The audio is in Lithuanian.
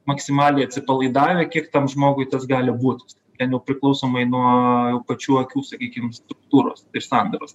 maksimaliai atsipalaidavę kiek tam žmogui tas gali būt ten jau priklausomai nuo jau pačių akių sakykim struktūros ir sandaros